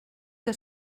que